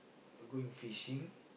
going fishing